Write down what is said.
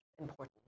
important